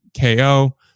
KO